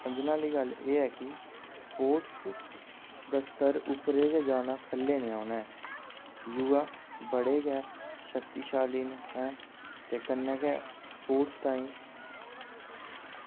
समझने आह्ली गल्ल एह् ऐ कि स्पोटर्स दा स्तर उप्परें गी गै जाना खल्ले निं आना ऐ युवा बड़े गै शक्तिशाली न हैं ते कन्नै गै स्पोटर्स ताहीं